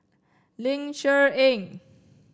Ling Cher Eng